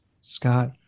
Scott